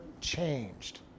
changed